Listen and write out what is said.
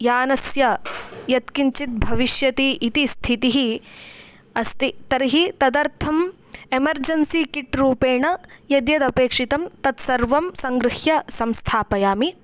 यानस्य यत्किञ्चित् भविष्यति इति स्थितिः अस्ति तर्हि तदर्थम् एमर्जेन्सि किट्रूपेण यद्यदपेक्षितं तत्सर्वं सङ्गृह्य संस्थापयामि